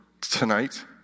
tonight